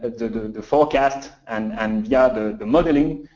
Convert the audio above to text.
the and forecast, and and yeah ah the the modeling,